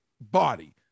body